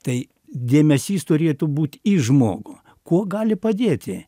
tai dėmesys turėtų būt į žmogų kuo gali padėti